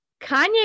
Kanye